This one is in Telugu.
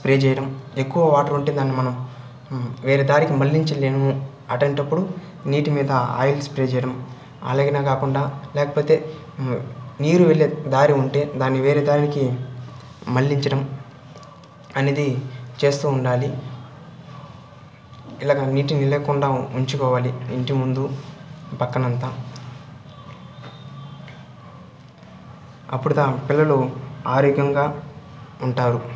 స్ప్రే చేయడం ఎక్కువ వాటర్ ఉంటే దాన్ని మనం వేరే దారికి మళ్లించలేము అట్టాంటప్పుడు నీటి మీద ఆయిల్ స్ప్రే చేయడం అలాగేనా కాకుండా లేకపోతే నీరు వెళ్లే దారి ఉంటే దాని వేరే దానికి మళ్లించడం అనేది చేస్తూ ఉండాలి ఇలాగా నీటినిలకుండా ఉంచుకోవాలి ఇంటి ముందు పక్కనంత అప్పుడుదా పిల్లలు ఆరోగ్యంగా ఉంటారు